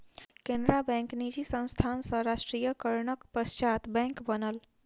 Canara bank निजी संस्थान सॅ राष्ट्रीयकरणक पश्चात बैंक बनल